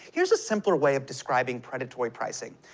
here's a simpler way of describing predatory pricing.